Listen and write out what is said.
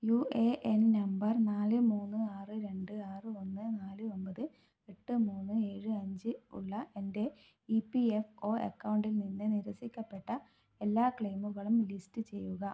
U A N number നാല് മൂന്ന് ആറ് രണ്ട് ആറ് ഒന്ന് നാല് ഒമ്പത് എട്ട് മൂന്ന് ഏഴ് അഞ്ച് ഉള്ള എൻ്റെ ഇ പി എഫ് ഒ അക്കൗണ്ടിൽ നിന്ന് നിരസിക്കപ്പെട്ട എല്ലാ ക്ലെയിമുകളും ലിസ്റ്റ് ചെയ്യുക